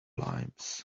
limes